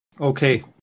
okay